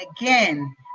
again